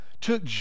took